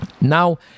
Now